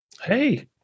Hey